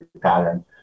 pattern